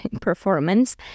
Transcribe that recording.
performance